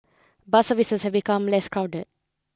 bus services have become less crowded